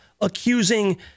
accusing